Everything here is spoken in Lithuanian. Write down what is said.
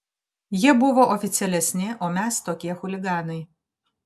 jie buvo oficialesni o mes tokie chuliganai